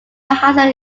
hasan